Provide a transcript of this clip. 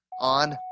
on